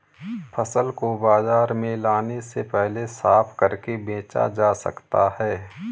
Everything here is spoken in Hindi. फसल को बाजार में लाने से पहले साफ करके बेचा जा सकता है?